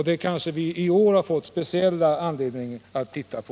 Den saken har vi i år fått speciell anledning att titta på.